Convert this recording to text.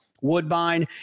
Woodbine